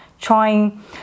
trying